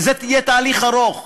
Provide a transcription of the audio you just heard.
וזה יהיה תהליך ארוך,